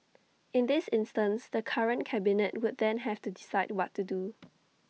in this instance the current cabinet would then have to decide what to do